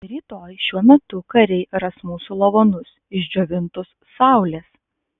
rytoj šiuo metu kariai ras mūsų lavonus išdžiovintus saulės